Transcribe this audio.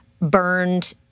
burned